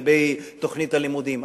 לגבי תוכנית הלימודים.